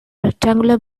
rectangular